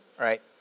Right